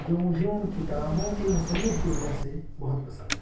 جو مجھے ان کتابوں کے مصنف کی وجہ سے بہت پسند ہیں